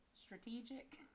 Strategic